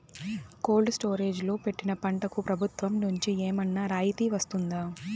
Cold storage లో పెట్టిన పంటకు ప్రభుత్వం నుంచి ఏమన్నా రాయితీ వస్తుందా?